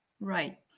Right